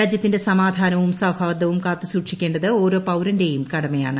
രാജ്യത്തിന്റെ സമാധാനവും സൌഹാർദ്ദവും കാത്തുസൂക്ഷിക്കേണ്ടത് ഓരോ പൌരന്റെയും കടമയാണ്